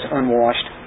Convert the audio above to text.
unwashed